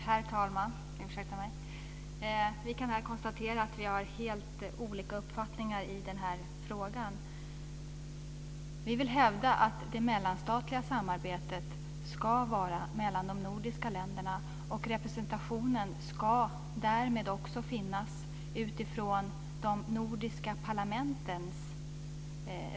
Herr talman! Vi kan här konstatera att vi har helt olika uppfattningar i den här frågan. Vi vill hävda att det mellanstatliga samarbetet ska vara mellan de Nordiska länderna, och representationen ska därmed också ske utifrån de nordiska parlamenten.